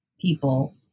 people